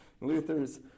Luther's